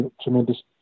tremendous